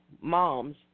moms